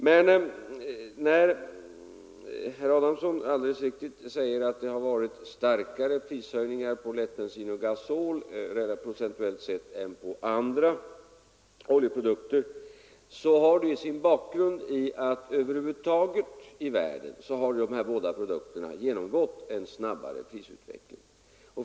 "När herr Adamsson helt riktigt säger att det procentuellt sett har varit starkare prishöjningar på lättbensin och gasol än på andra oljeprodukter har detta sin bakgrund i att över huvud taget i världen har dessa båda produkter genomgått en snabbare prisutveckling.